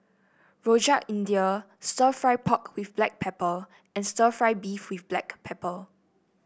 Rojak India stir fry pork with Black Pepper and stir fry beef with Black Pepper